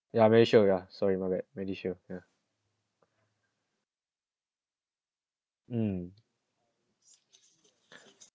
ya very sure ya sorry my bad medishield ya um